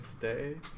Today